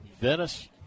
Venice